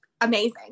amazing